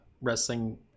wrestling